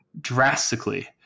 drastically